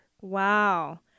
Wow